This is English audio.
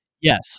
Yes